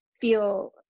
feel